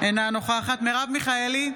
אינה נוכחת מרב מיכאלי,